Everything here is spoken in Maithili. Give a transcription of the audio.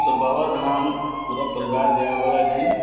हमसभ बाबाधाम पूरा परिवार जाएवाला छी